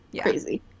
Crazy